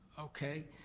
okay,